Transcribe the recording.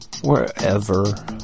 wherever